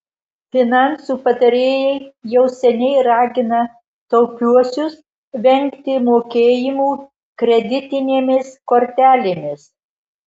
finansų patarėjai jau seniai ragina taupiuosius vengti mokėjimų kreditinėmis kortelėmis